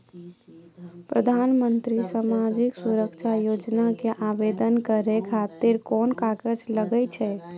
प्रधानमंत्री समाजिक सुरक्षा योजना के आवेदन करै खातिर कोन कागज लागै छै?